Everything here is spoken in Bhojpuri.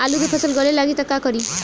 आलू के फ़सल गले लागी त का करी?